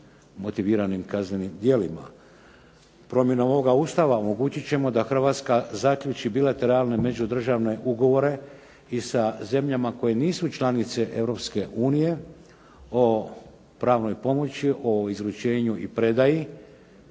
motiviranim kaznenim djelima. Promjenom ovoga Ustava omogućit ćemo da Hrvatska zaključi bilateralne međudržavne ugovore i sa zemljama koje nisu članice Europske unije o pravnoj pomoći, o izručenju i predaji,